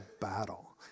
battle